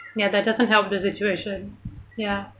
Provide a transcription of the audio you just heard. ya that doesn't help the situation ya